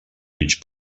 mig